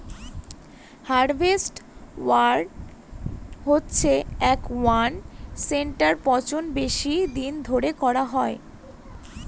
harvest wine হচ্ছে সে wine যেটার পচন বেশি দিন ধরে করা হয়